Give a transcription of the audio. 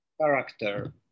character